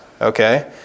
Okay